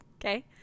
Okay